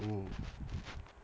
mm